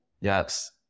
Yes